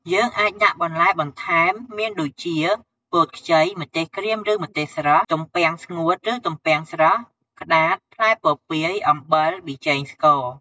យើងអាចដាក់បន្លែ បន្ថែម មានដូចជាពោតខ្ចី ម្ទេសក្រៀមឬម្ទេសស្រស់ ទំពាំងស្ងួតរឺទំពាំងស្រស់ ក្តាត ផ្លែពពាយ អំបិល ប៊ីចេងស្ករ។